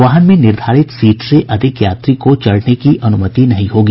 वाहन में निर्धारित सीट से अधिक यात्री को चढ़ने की अनुमति नहीं होगी